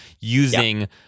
using